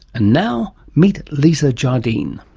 and now meet lisa jardine